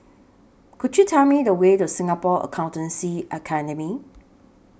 Could YOU Tell Me The Way to Singapore Accountancy Academy